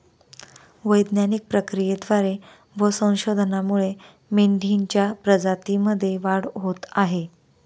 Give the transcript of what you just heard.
वैज्ञानिक प्रक्रियेद्वारे व संशोधनामुळे मेंढीच्या प्रजातीमध्ये वाढ होत आहे